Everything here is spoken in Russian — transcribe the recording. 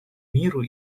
миру